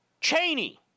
Cheney